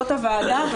זאת הוועדה.